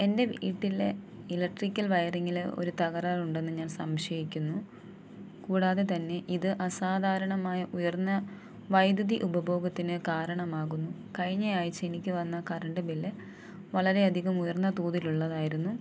എൻ്റെ വീട്ടിലെ ഇലക്ട്രിക്കൽ വയറിങ്ങിൽ ഒരു തകരാറുണ്ടെന്നു ഞാൻ സംശയിക്കുന്നു കൂടാതെതന്നെ ഇത് അസാധാരണമായ ഉയർന്ന വൈദ്യുതി ഉപഭോഗത്തിനു കാരണമാകുന്നു കഴിഞ്ഞയാഴ്ച്ച എനിക്കി വന്ന കരണ്ട് ബില്ല് വളരെ അധികം ഉയർന്ന തോതിൽ ഉള്ളതായിരുന്നു